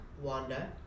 Wanda